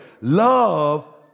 love